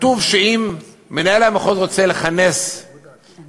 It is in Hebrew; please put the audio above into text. כתוב שאם מנהל המחוז רוצה לכנס מפקחים